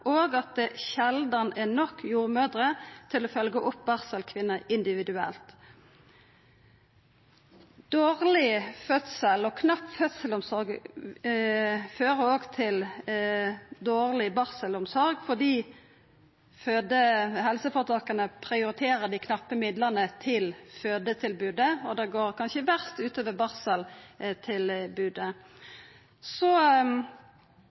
og at det sjeldan er nok jordmødrer til å følgja opp barselkvinner individuelt. Dårleg og knapp fødselsomsorg fører òg til dårleg barselomsorg, fordi helseføretaka prioriterer dei knappe midlane til fødetilbodet, og det går kanskje verst